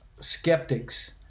skeptics